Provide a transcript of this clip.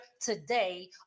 today